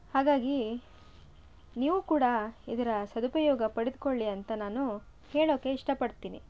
ಹಾಗಾಗಿ ನೀವು ಕೂಡ ಇದರ ಸದುಪಯೋಗ ಪಡೆದುಕೊಳ್ಳಿ ಅಂತ ನಾನು ಹೇಳೋಕೆ ಇಷ್ಟಪಡ್ತೀನಿ